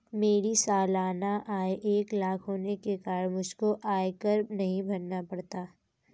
मेरी सालाना आय एक लाख होने के कारण मुझको आयकर नहीं भरना पड़ता